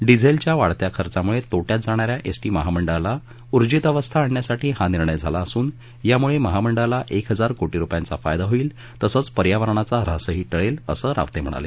डिझेलच्या वाढत्या खर्चामुळे तोटयात जाणाऱ्या एसटी महामंडळाला उर्जीतावस्था आणण्यासाठी हा निर्णय झाला असून यामुळे महामंडळाला एक हजार कोटी रुपयांचा फायदा होईल तसंच पर्यावरणाचा ्हासही टळेल असं रावते म्हणाले